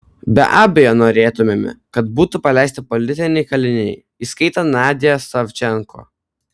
be abejo norėtumėme kad būtų paleisti politiniai kaliniai įskaitant nadią savčenko